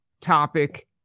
topic